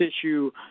issue